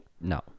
No